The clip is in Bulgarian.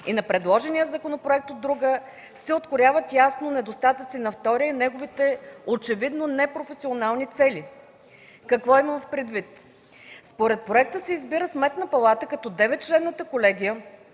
и на предложения законопроект – от друга, се открояват ясно недостатъците на втория и неговите очевидно непрофесионални цели. Какво имам в предвид? Според проекта се избира Сметна палата, като за деветчленната колегия